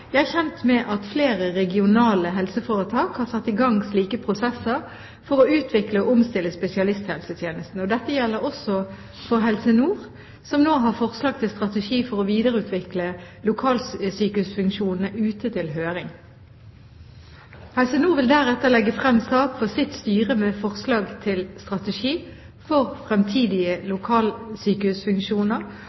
Jeg er kjent med at flere regionale helseforetak har satt i gang slike prosesser for å utvikle og omstille spesialisthelsetjenesten. Dette gjelder også for Helse Nord som nå har forslag til strategi for å videreutvikle lokalsykehusfunksjonene ute til høring. Helse Nord vil deretter legge frem sak for sitt styre med forslag til strategi for fremtidige lokalsykehusfunksjoner